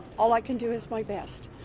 all i can do is my best.